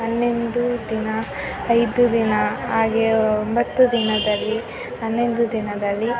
ಹನ್ನೊಂದು ದಿನ ಐದು ದಿನ ಹಾಗೆ ಒಂಬತ್ತು ದಿನದಲ್ಲಿ ಹನ್ನೊಂದು ದಿನದಲ್ಲಿ